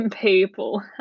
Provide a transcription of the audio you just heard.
people